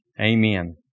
Amen